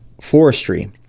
forestry